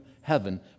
heaven